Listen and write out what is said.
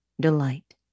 delight